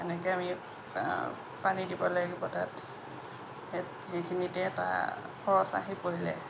এনেকৈ আমি পানী দিব লাগিব তাত সে সেইখিনিতে এটা খৰচ আহি পৰিলে